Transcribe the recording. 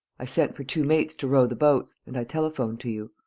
i sent for two mates to row the boats and i telephoned to you.